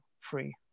free